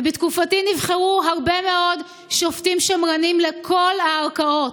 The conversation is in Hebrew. ובתקופתי נבחרו הרבה מאוד שופטים שמרנים לכל הערכאות.